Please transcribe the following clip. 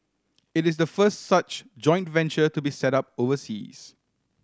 it is the first such joint to be set up overseas